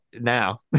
now